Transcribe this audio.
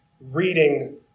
reading